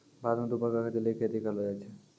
भारत मॅ दू प्रकार के जलीय खेती करलो जाय छै